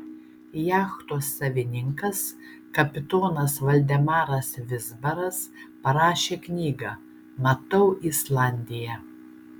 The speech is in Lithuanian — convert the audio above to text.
jachtos savininkas kapitonas valdemaras vizbaras parašė knygą matau islandiją